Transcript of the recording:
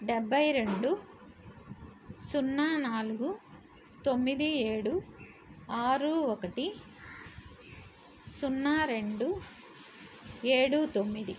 డెబ్బై రెండు సున్నా నాలుగు తొమ్మిది ఏడు ఆరు ఒకటి సున్నా రెండు ఏడు తొమ్మిది